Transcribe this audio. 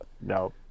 no